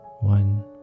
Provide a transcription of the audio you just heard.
one